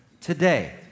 today